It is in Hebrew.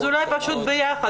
אז אולי פשוט ביחד.